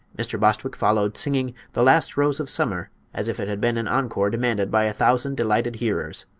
mr. bostwick followed, singing the last rose of summer as if it had been an encore demanded by a thousand delighted hearers.